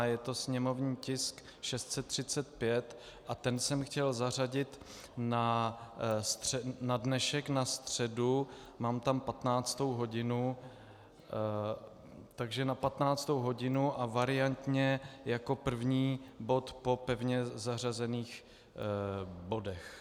Je to sněmovní tisk 635 a ten jsem chtěl zařadit na dnešek, na středu, mám tam 15. hodinu, takže na 15. hodinu a variantně jako první bod po pevně zařazených bodech.